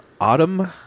autumn